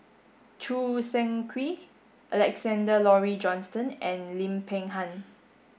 Choo Seng Quee Alexander Laurie Johnston and Lim Peng Han